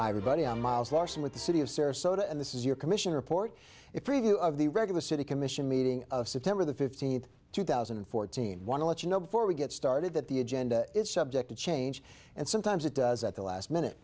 i'm miles larson with the city of sarasota and this is your commission report it preview of the regular city commission meeting of september the fifteenth two thousand and fourteen want to let you know before we get started that the agenda is subject to change and sometimes it does at the last minute